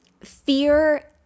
fear